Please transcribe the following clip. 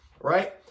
right